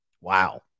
wow